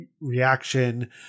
reaction